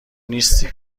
نیستی